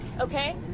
okay